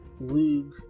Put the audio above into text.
Lug